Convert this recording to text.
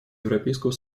европейского